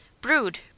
Brood